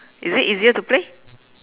is it easier to play